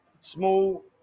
small